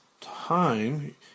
time